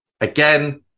Again